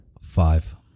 five